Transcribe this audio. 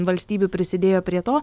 valstybių prisidėjo prie to